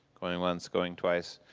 going once, going twice,